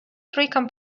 trójkę